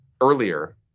earlier